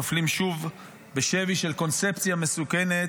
נופלים שוב בשבי של קונספציה מסוכנת,